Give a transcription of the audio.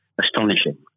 astonishing